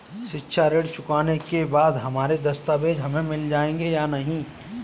शिक्षा ऋण चुकाने के बाद हमारे दस्तावेज हमें मिल जाएंगे या नहीं?